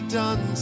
done